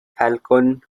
falcon